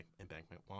embankment